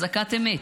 אזעקת אמת,